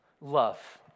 love